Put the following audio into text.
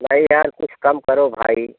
नहीं यार कुछ कम करो भाई